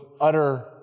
utter